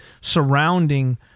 surrounding